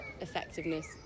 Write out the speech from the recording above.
effectiveness